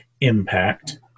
impact